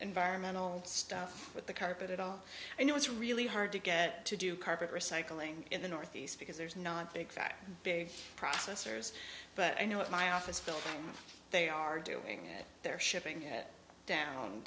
environmental stuff with the carpet at all you know it's really hard to get to do carpet recycling in the northeast because there's not that big processors but i know with my office building they are doing they're shipping down